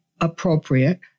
appropriate